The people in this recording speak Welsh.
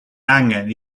angen